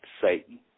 Satan